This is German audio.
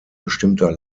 bestimmter